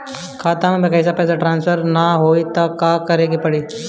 खाता से पैसा टॉसफर ना होई त का करे के पड़ी?